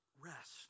rest